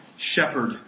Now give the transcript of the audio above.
shepherd